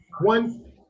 One